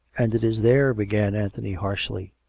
and it is there began anthony harshly.